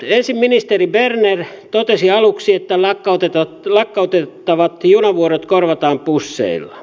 ensin ministeri berner totesi aluksi että lakkautettavat junavuorot korvataan busseilla